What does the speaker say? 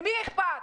למי אכפת?